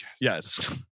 Yes